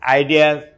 ideas